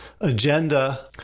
agenda